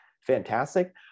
fantastic